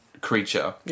creature